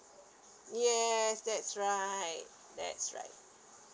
yes that's right that's right